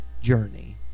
journey